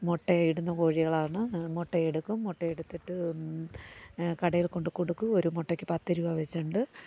മുട്ടയിടുന്ന കോഴികളാണ് മുട്ടയെടുക്കും മുട്ടയെടുത്തിട്ട് കടയിൽ കൊണ്ട്കൊടുക്കും ഒരു മുട്ടയ്ക്ക് പത്തു രൂപ വച്ചുണ്ട്